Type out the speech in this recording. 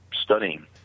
studying